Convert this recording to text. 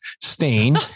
stain